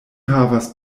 havas